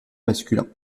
masculin